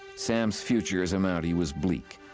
sam's future as a mountie was bleak.